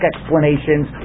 explanations